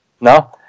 No